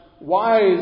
wise